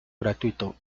gratuito